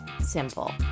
simple